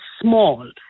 small